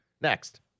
next